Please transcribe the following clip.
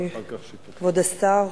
כבוד השר,